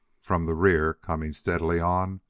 from the rear, coming steadily on,